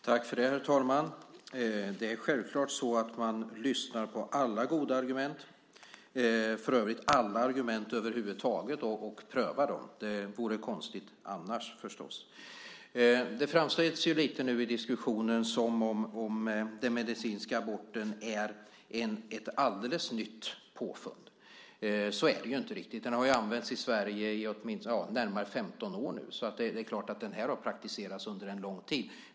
Herr talman! Självklart lyssnar jag på alla goda argument. Jag lyssnar för övrigt på alla argument över huvud taget och prövar dem också. Det vore konstigt annars. Det framställs nu i diskussionen som att den medicinska aborten är ett alldeles nytt påfund. Så är det ju inte riktigt. Den har använts i Sverige i närmare 15 år nu och har alltså praktiserats under en lång tid.